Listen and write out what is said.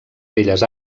belles